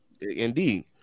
Indeed